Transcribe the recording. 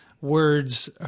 words